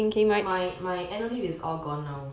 my my annual leave is all gone now